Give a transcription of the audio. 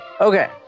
Okay